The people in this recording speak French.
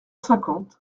cinquante